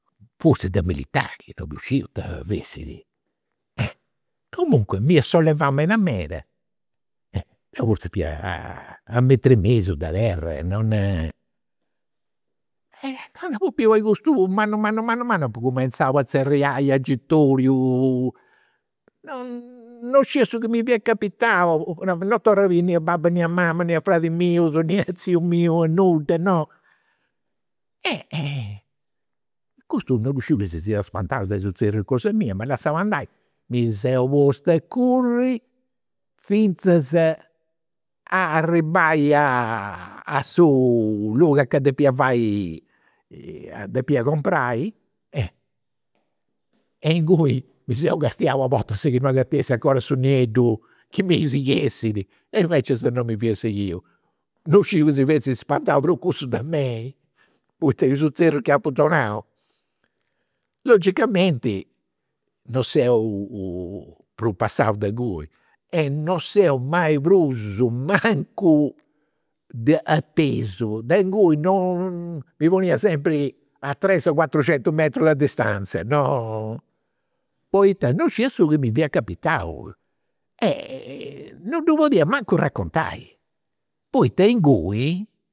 Forzis de militari, non ddu sciu ita fessit. Comunque m'iat sollevau meda meda, deu forzis fia a a u' metr'e mesu de terra, non. Candu apu biu custu mannu mannu mannu mannu apu cumenzau a zerriai agitoriu. Non non scidia su chi mi fiat capitau, non torru a biri nì a babbu nì a mama nì a fradis mius, nì a tziu miu, nudda, no. Custu non chi si siat spantau de i' zerrius cosa mia, m'at lassau andai. Mi seu postu a curri finzas a arribai a su logu a ca depia fai depia comporai. E inguni mi seu castiau a bortas chi no biessi 'ncora su nieddu chi mi sighessidi. E inveces non m'iat sighiu. Non sciu chi si fessit spantau prus cussu de mei, poita is zerrius chi apu donau. Logicamenti non seu prus passau de inguni e non seu mai prus, mancu de atesu, de, non. Mi ponia sempri a tres cuatrucentus metrus de distanza, no. Poita non scidia cussu chi mi fia capitau, non ddu podia mancu raccontai, poita inguni